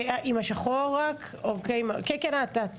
כן, רשות הדיבור אלייך, תציג את עצמך.